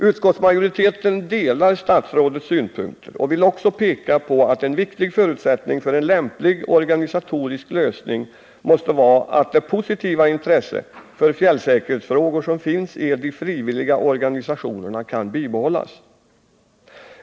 Utskottsmajoriteten delar statsrådets synpunkter och vill också peka på att en viktig förutsättning för en lämplig organisatorisk lösning måste vara att det positiva intresse för fjällsäkerhetsfrågor som finns i de frivilliga organisationerna kan bibehållas.